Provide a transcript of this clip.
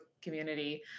Community